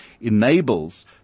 enables